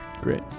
Great